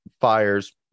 fires